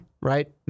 right